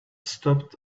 stopped